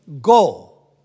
go